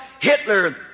Hitler